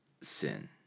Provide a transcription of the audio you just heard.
sin